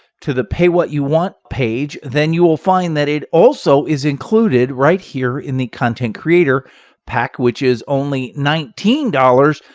to the pay what you want page, then you will find that it also is included right here in the content creator pack which is only nineteen dollars.